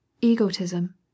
egotism